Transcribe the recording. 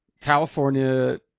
California